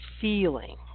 feeling